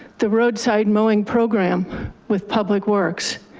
the roadside mowing program with public works,